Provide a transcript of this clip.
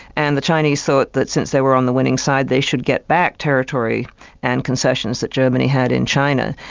and the chinese thought that since they were on the winning side, they should get back territory and concessions that germany had in china,